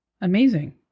Amazing